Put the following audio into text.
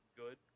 good